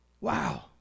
Wow